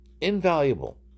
invaluable